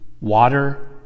water